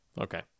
Okay